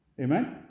Amen